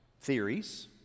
Theories